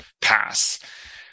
pass